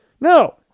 No